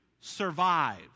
Survive